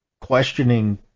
questioning